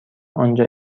آنجا